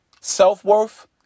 Self-worth